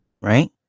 right